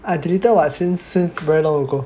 I deleted [what] like since since very long ago